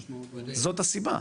זאת הסיבה.